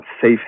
safe